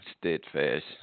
steadfast